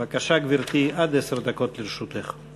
בבקשה, גברתי, עד עשר דקות לרשותך.